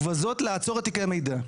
ובזאת לעצור את תיקי המידע.